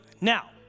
Now